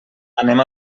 anem